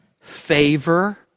favor